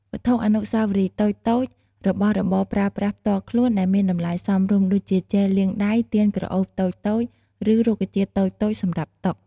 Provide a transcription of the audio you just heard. វត្ថុអនុស្សាវរីយ៍តូចៗ របស់របរប្រើប្រាស់ផ្ទាល់ខ្លួនដែលមានតម្លៃសមរម្យ ដូចជា ជែលលាងដៃ ទៀនក្រអូបតូចៗ ឬ រុក្ខជាតិតូចៗសម្រាប់តុ។